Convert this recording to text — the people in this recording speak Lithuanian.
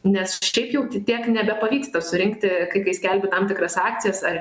nes šiaip jau t tiek nebepavyksta surinkti kai kai skelbiu tam tikras akcijas ar